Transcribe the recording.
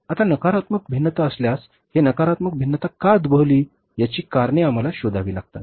आता नकारात्मक भिन्नता असल्यास हे नकारात्मक भिन्नता का उद्भवली याची कारणे आम्हाला शोधावी लागतील